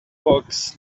fox